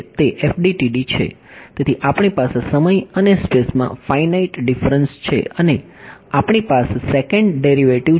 તેથી આપણી પાસે સમય અને સ્પેસમાં ફાઇનાઇટ ડીફરન્સ છે અને આપણી પાસે સેકન્ડ ડેરિવેટિવ છે